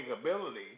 ability